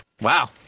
Wow